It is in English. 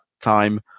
time